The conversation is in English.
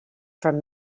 from